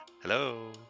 Hello